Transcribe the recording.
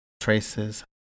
traces